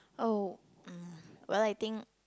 oh um well I think